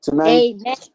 Amen